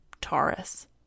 Taurus